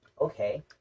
okay